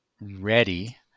ready